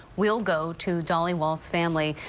we'll go to dolly was family.